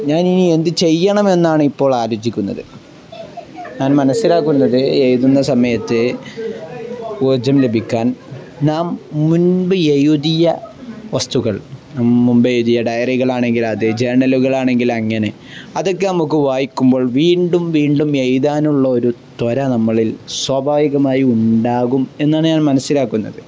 ഞാനിനി എന്തു ചെയ്യണമെന്നാണ് ഇപ്പോൾ ആലോചിക്കുന്നത് ഞാൻ മനസ്സിലാക്കുന്നത് എഴുതുന്ന സമയത്ത് ഊര്ജം ലഭിക്കാൻ നാം മുന്പ് എഴുതിയ വസ്തുക്കൾ മുമ്പ് എഴുതിയ ഡയറികളാണെങ്കിൽ അത് ജേർണലുകളാണെങ്കിൽ അങ്ങനെ അതൊക്കെ നമുക്കു വായിക്കുമ്പോൾ വീണ്ടും വീണ്ടും എഴുതാനുള്ള ഒരു ത്വര നമ്മളിൽ സ്വാഭാവികമായി ഉണ്ടാകും എന്നാണു ഞാൻ മനസ്സിലാക്കുന്നത്